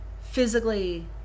physically